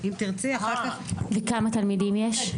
אם תרצי אחר כך --- וכמה תלמידים יש?